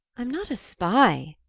i'm not a spy!